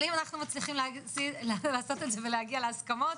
אבל אם אנחנו מצליחים לעשות את זה ולהגיע להסכמות,